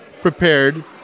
prepared